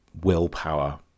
willpower